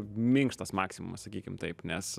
minkštas maksimumas sakykim taip nes